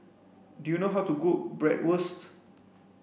do you know how to cook Bratwurst